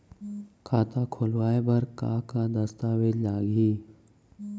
खाता खोलवाय बर का का दस्तावेज लागही?